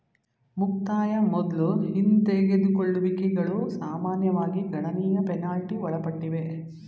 ಮುಕ್ತಾಯ ಮೊದ್ಲು ಹಿಂದೆಗೆದುಕೊಳ್ಳುವಿಕೆಗಳು ಸಾಮಾನ್ಯವಾಗಿ ಗಣನೀಯ ಪೆನಾಲ್ಟಿ ಒಳಪಟ್ಟಿವೆ